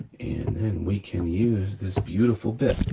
and then we can use this beautiful bit.